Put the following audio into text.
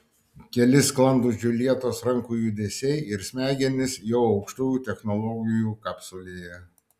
keli sklandūs džiuljetos rankų judesiai ir smegenys jau aukštųjų technologijų kapsulėje